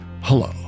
hello